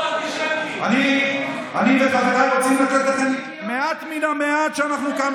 אני וחבריי רוצים לתת לכם מעט מן המעט שאנחנו כאן,